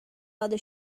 other